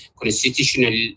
constitutional